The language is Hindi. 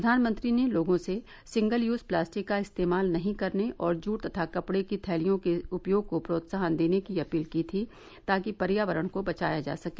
प्रधानमंत्री ने लोगों से सिंगल यूज प्लास्टिक का इस्तेमाल नहीं करने और जूट तथा कपड़े की थैलियों के उपयोग को प्रोत्साहन देने की अपील की थी ताकि पर्यावरण को बचाया जा सके